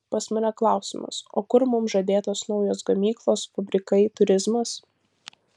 pas mane klausimas o kur mums žadėtos naujos gamyklos fabrikai turizmas